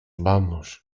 vamos